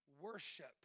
worship